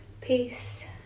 Peace